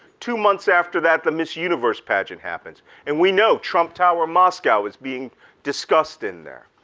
two months after that, the miss universe pageant happens and we know trump tower moscow is being discussed in there.